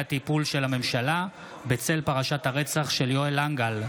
הטיפול של הממשלה בצל פרשת הרצח של יואל להנגהל,